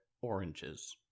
oranges